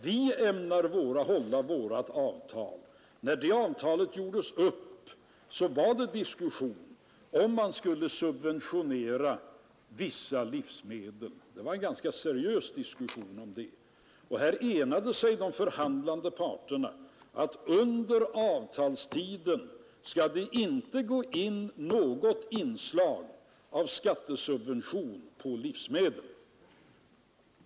Vi ämnar hålla vad vi har avtalat. När avtalet gjordes upp diskuterades det om man skulle subventionera vissa livsmedel. Det var en ganska seriös diskussion om det, och här enade sig de förhandlande parterna om att under avtalstiden skall det inte föras in något inslag av skattesubvention på livsmedel.